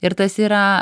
ir tas yra